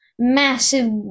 massive